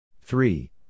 Three